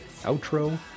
outro